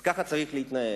אז ככה צריך להתנהל.